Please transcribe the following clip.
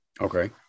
Okay